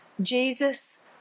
Jesus